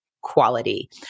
quality